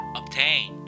obtain